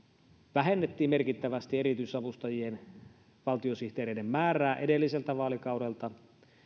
vähennettiin merkittävästi erityisavustajien ja valtiosihteereiden määrää edelliseltä vaalikaudelta